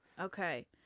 Okay